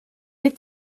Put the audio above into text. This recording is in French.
est